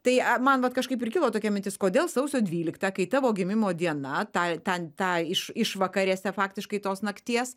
tai man vat kažkaip ir kilo tokia mintis kodėl sausio dvylikta kai tavo gimimo diena tą ten tą iš išvakarėse faktiškai tos nakties